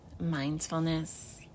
mindfulness